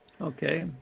Okay